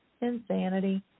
Insanity